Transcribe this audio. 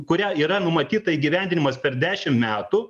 kurią yra numatyta įgyvendinimas per dešim metų